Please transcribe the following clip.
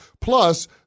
Plus